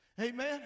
Amen